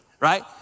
right